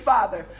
Father